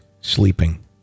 sleeping